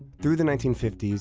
through the nineteen fifty s,